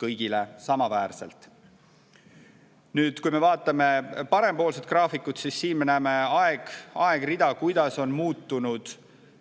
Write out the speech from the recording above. kõigile samaväärselt. Nüüd, kui me vaatame parempoolset graafikut, siis siin me näeme aegrida, kuidas on muutunud